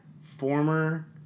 former